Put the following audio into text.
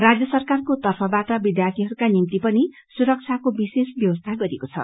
राज्य सरकारको तर्फबाट विध्यार्थीहरूका निम्ति पनि सुरक्षाको विशेष व्यवस्था गरिएको छ